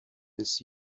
this